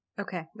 Okay